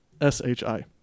S-H-I